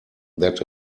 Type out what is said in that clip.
that